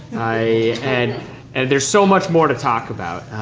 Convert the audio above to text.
ah and and there's so much more to talk about,